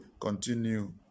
Continue